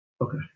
Okay